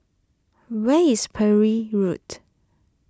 where is Parry Road